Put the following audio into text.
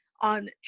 on